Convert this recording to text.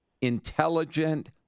intelligent